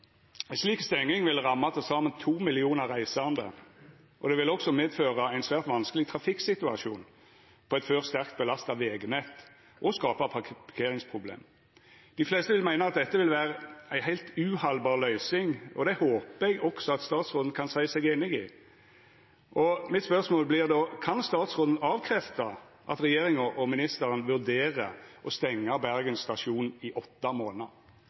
reisande. Det vil også medføra ein svært vanskeleg trafikksituasjon på eit frå før sterkt belasta vegnett og skapa parkeringsproblem. Dei fleste vil meina at dette vil vera ei heilt uhaldbar løysing, og det håpar eg at også statsråden kan seia seg einig i. Mitt spørsmål vert då: Kan statsråden avkrefta at regjeringa og ministeren vurderer å stengja Bergen stasjon i åtte månader?